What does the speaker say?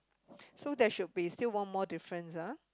so that should be still one more difference ah